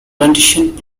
plantations